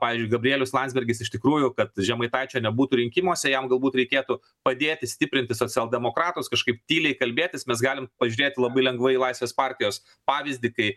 pavyzdžiui gabrielius landsbergis iš tikrųjų kad žemaitaičio nebūtų rinkimuose jam galbūt reikėtų padėti stiprinti socialdemokratus kažkaip tyliai kalbėtis mes galim pažiūrėti labai lengvai laisvės partijos pavyzdį kai